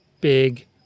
big